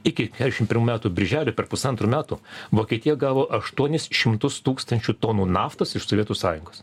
iki keturiasdešimt pirmų metų birželio per pusantrų metų vokietija gavo aštuonis šimtus tūkstančių tonų naftos iš sovietų sąjungos